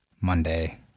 Monday